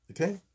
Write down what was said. Okay